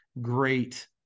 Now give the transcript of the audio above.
great